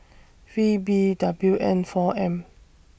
V B W N four M